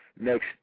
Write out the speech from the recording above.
next